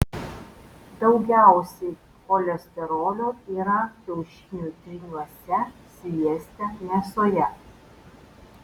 daugiausiai cholesterolio yra kiaušinių tryniuose svieste mėsoje